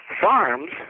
farms